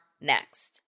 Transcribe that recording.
next